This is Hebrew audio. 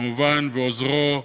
כמובן, ועוזרו,